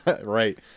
right